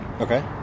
Okay